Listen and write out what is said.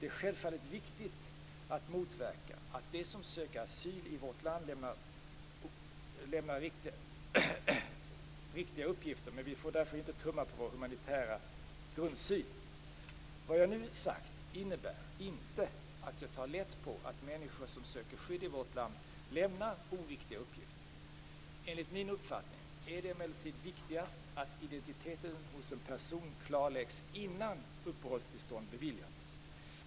Det är självfallet viktigt att motverka att de som söker asyl i vårt land lämnar oriktiga uppgifter, men vi får därför inte tumma på vår humanitära grundsyn. Vad jag nu sagt innebär inte att jag tar lätt på att människor som söker skydd i vårt land lämnar oriktiga uppgifter. Enligt min uppfattning är det emellertid viktigast att identiteten hos en person klarläggs innan uppehållstillstånd beviljas.